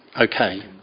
Okay